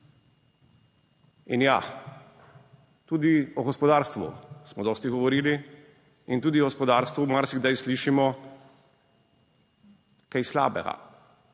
In ja, tudi o gospodarstvu smo dosti govorili in tudi o gospodarstvu marsikdaj slišimo **3.